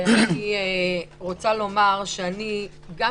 אני רוצה לומר שאני גם